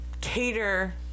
cater